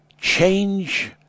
change